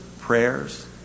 prayers—